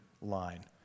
line